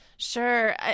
Sure